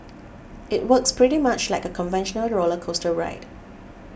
it works pretty much like a conventional roller coaster ride